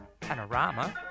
Panorama